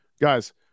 Guys